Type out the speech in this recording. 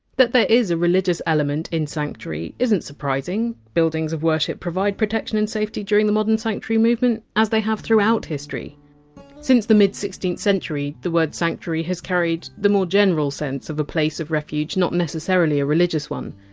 that there is a religious element in! sanctuary! isn! t surprising buildings of worship provide protection and safety during the modern sanctuary movement, as they have throughout history since the mid sixteenth century, the word! sanctuary! has carried the more general sense of a place of refuge, not necessarily a religious one.